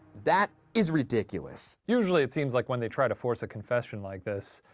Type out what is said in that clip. that is ridiculous. usually, it seems like when they try to force a confession like this,